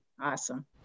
Awesome